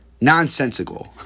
nonsensical